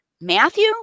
Matthew